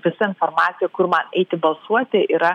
visa informacija kur man eiti balsuoti yra